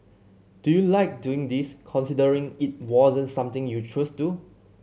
do you like doing this considering it wasn't something you chose do